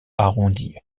arrondie